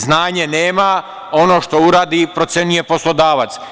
Znanje nema, ono što uradi procenjuje poslodavac.